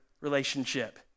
relationship